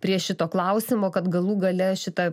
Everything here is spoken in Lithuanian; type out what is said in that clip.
prie šito klausimo kad galų gale šitą